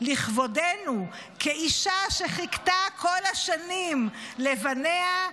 לכבודנו כאישה שחיכתה כל השנים לבניה,